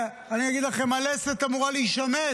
אני אגיד לכם, הלסת אמורה להישמט.